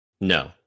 No